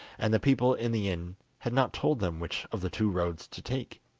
and the people in the inn had not told them which of the two roads to take.